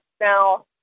Now